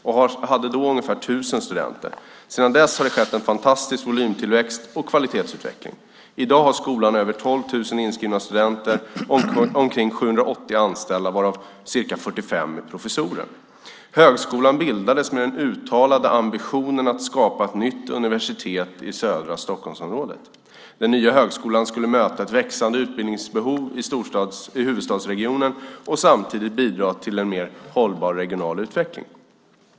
Den hade då ungefär tusen studenter. Sedan dess har det skett en fantastisk volymtillväxt och kvalitetsutveckling. I dag har skolan över 12 000 inskrivna studenter och omkring 780 anställda, varav ca 45 är professorer. Högskolan bildades med den uttalade ambitionen att skapa ett nytt universitet i södra Stockholmsområdet. Den nya högskolan skulle möta ett växande utbildningsbehov i huvudstadsregionen och samtidigt bidra till en mer hållbar regional utveckling.